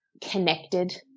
connected